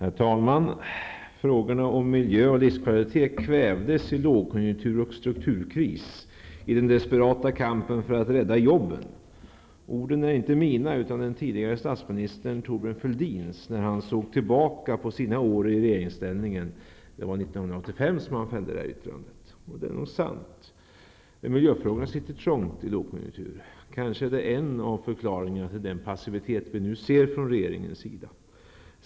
Herr talman! ''Frågorna om miljö och livskvalitet kvävdes i lågkonjunktur och strukturkris, i den desperata kampen för att rädda jobben.'' Orden är inte mina, utan de uttalades av den tidigare statsministern Thorbjörn Fälldin när han 1985 såg tillbaka på sina år i regeringsställning. Det är nog sant. Miljöfrågorna sitter trångt i en lågkonjunktur. Kanske det är en av förklaringarna till den passivitet vi nu ser från regeringens sida.